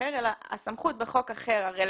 אחר אלא הסמכות בחוק אחר הרלוונטי,